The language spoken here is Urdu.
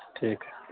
ٹھیک ہے